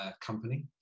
company